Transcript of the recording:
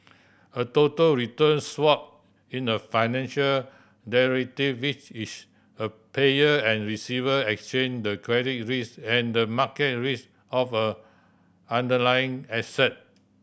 a total return swap in a financial which is a payer and receiver exchange the credit risk and market risk of a underlying asset